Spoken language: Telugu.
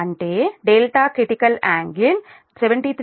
అంటే డెల్టా క్రిటికల్ యాంగిల్ 73